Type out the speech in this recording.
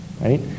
right